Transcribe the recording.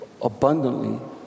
abundantly